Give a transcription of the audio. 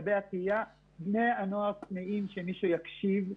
בני הנוער צמאים שמישהו יקשיב להם,